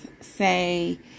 say